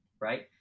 right